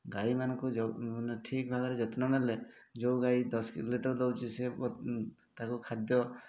ଗାଈମାନଙ୍କୁ ଯୋଉ ମାନେ ଠିକ୍ ଭାବରେ ଯତ୍ନ ନେଲେ ଯୋଉ ଗାଈ ଦଶ ଲିଟର୍ ଦେଉଛି ସେ ତାକୁ ଖାଦ୍ୟ